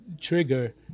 trigger